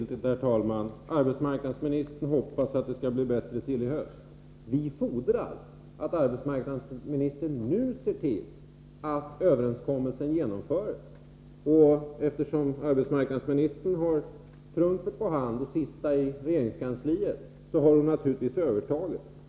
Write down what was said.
Herr talman! Arbetsmarknadsministern hoppas att det skall bli bättre till i höst. Vi fordrar att arbetsmarknadsministern nu ser till att överenskommelsen genomförs. Eftersom arbetsmarknadsministern har trumf på hand — hon sitter ju i regeringskansliet — har hon naturligtvis övertaget.